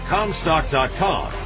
Comstock.com